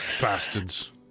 bastards